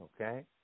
Okay